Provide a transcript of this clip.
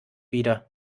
wieder